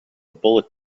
bullet